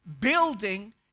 Building